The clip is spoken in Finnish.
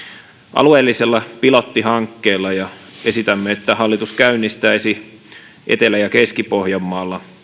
alueellisella pilottihankkeella ja esitämme että hallitus käynnistäisi etelä ja keski pohjanmaalla